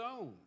own